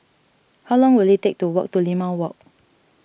how long will it take to walk to Limau Walk